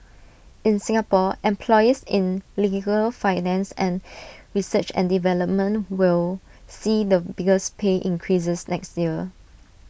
in Singapore employees in legal finance and research and development will see the biggest pay increases next year